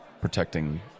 protecting